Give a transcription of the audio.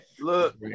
Look